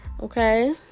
Okay